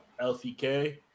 LCK